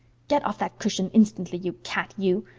get off that cushion instantly, you cat, you!